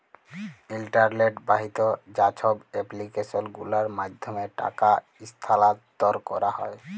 ইলটারলেট বাহিত যা ছব এপ্লিক্যাসল গুলার মাধ্যমে টাকা ইস্থালাল্তর ক্যারা হ্যয়